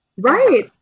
Right